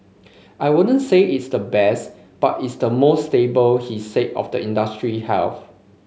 I wouldn't say it's the best but it's the most stable he said of the industry health